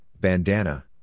bandana